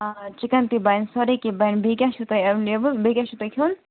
آ چِکن تہِ بنہِ سورُے کیٚنٛہہ بَنہِ بیٚیہِ کیٛاہ چھُو تُہۍ ایٚویلیبُل بیٚیہِ کیٛاہ چھُو تۅہہِ کھیوٚن